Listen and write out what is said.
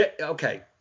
Okay